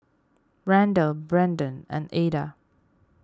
Randle Branden and Ada